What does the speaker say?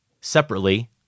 separately